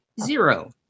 zero